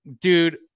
dude